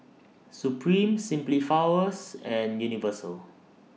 Supreme Simply Flowers and Universal